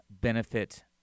benefit